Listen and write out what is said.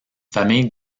famille